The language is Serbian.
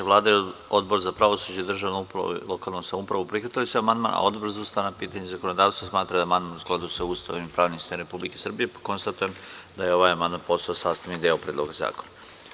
Vlada i Odbor za pravosuđe, držanu upravu i lokalnu samoupravu prihvatili su amandman, a Odbor za ustavna i pitanja i zakonodavstvo smatra da je amandman u skladu sa Ustavom i pravnim sistemom Republike Srbije, pa konstatujem da je amandman postao sastavni deo Predloga zakona.